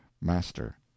MASTER